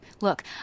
Look